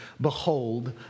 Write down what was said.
Behold